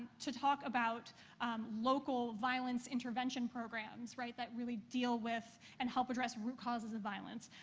to talk about local violence-intervention programs, right, that really deal with and help address root causes of violence.